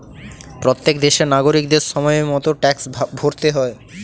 প্রত্যেক দেশের নাগরিকদের সময় মতো ট্যাক্স ভরতে হয়